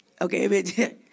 Okay